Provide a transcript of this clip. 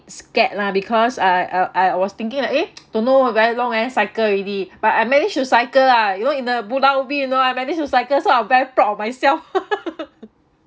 scared lah because I I I was thinking of eh don't know very long never cycled already but I manage to cycle ah you know in the pulau ubin you know I'm manage to cycle so I'm very proud of myself